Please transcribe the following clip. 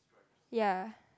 ya